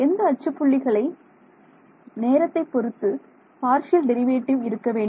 எந்த அச்சு புள்ளிகளை கோடி நேரத்தை பொறுத்து பார்சியல் டெரிவேட்டிவ் இருக்க வேண்டும்